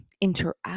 interact